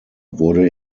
wurde